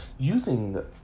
Using